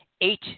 eight